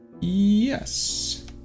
Yes